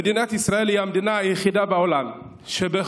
מדינת ישראל היא המדינה היחידה בעולם שבחוק